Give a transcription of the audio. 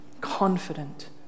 confident